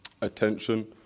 attention